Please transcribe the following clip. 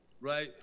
right